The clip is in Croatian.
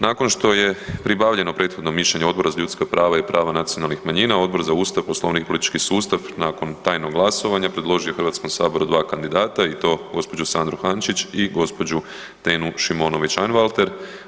Nakon što je pribavljeno prethodno mišljenje Odbora za ljudska prava i prava nacionalnih manjina, Odbor za Ustav, Poslovnik i politički sustav nakon tajnog glasovanja predložio je Hrvatskom saboru dva kandidata i to gospođu Sandru Hančić i gospođu Tenu Šimonović Einwalter.